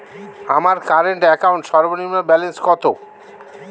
আমার current account সর্বনিম্ন balance কত?